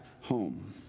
home